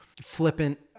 flippant